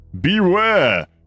Beware